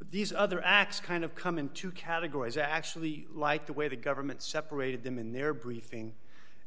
evidence these other acts kind of come into categories actually like the way the government separated them in their briefing